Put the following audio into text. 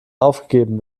aufgegeben